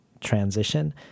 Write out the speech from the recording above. transition